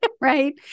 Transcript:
right